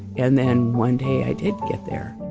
and then one day i didn't get there